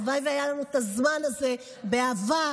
הלוואי שהיה לנו את הזמן הזה, באהבה.